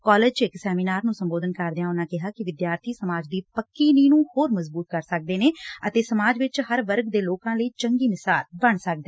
college ਚ ਇਕ seminar ਨੂੰ ਸੰਬੋਧਨ ਕਰਦਿਆਂ ਉਨੂਾਂ ਕਿਹਾ ਕਿ ਵਿਦਿਆਰਥੀ ਸਮਾਜ ਦੀ ਪਦੀ ਨੀਂਹ ਨੂੰ ਹੋਰ ਮਜਬੂਤ ਕਰ ਸਕਦੇ ਨੇ ਅਤੇ ਸਮਾਜ ਵਿਚ ਹਰ ਵਰਗ ਦੇ ਲੋਕਾਂ ਲਈ ਚੰਗੀ ਮਿਸਾਲ ਬਣ ਸਕਦੇ ਨੇ